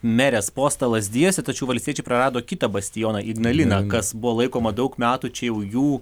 merės postą lazdijuose tačiau valstiečiai prarado kitą bastioną ignaliną kas buvo laikoma daug metų čia jau jų